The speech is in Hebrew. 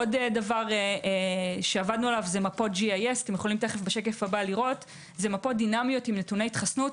עוד דבר שעבדנו עליו מפות JIS. זה מפות דינמיות עם נתוני התחסנות.